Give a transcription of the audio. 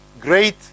great